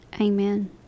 Amen